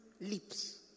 lips